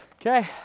Okay